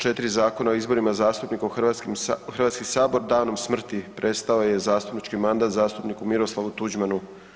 4 Zakona o izborima zastupnika u HS danom smrti prestao je zastupnički mandat zastupniku Miroslavu Tuđmanu.